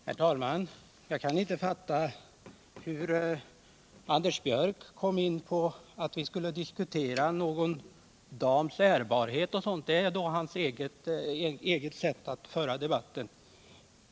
Herr talman! Jag kan inte fatta hur Anders Björck kom in på att vi skulle diskutera någon dams ärbarhet och sådant — det är då hans eget sätt att föra debatten.